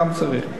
גם צריך.